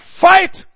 fight